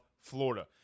Florida